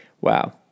Wow